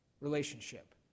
relationship